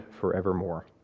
forevermore